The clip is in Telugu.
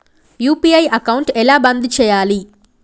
యూ.పీ.ఐ అకౌంట్ ఎలా బంద్ చేయాలి?